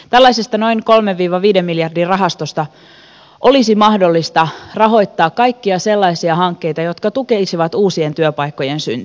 tällaisista noin kolme timo sijoittajia olisi mahdollista rahoittaa kaikkia sellaisia hankkeita jotka tukisivat uusien työpaikkojen syntyä